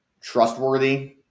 trustworthy